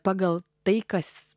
pagal tai kas